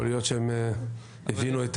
יכול להיות שהם הבינו את